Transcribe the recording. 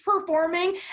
performing